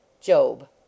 Job